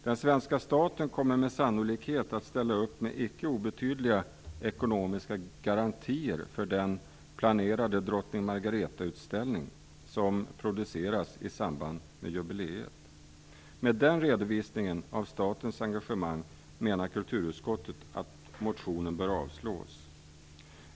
Den svenska staten kommer med sannolikhet att ställa upp med icke obetydliga ekonomiska garantier för den planerade utställning om drottning Margareta som skall produceras i samband med jubileet. Med den redovisningen av statens engagemang menar kulturutskottet att motionen bör avslås.